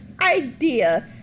idea